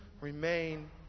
remain